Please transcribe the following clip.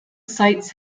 sites